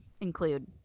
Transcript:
include